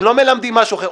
הם לא מלמדים משהו אחר.